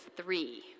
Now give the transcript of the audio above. three